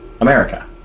America